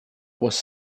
was